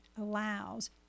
allows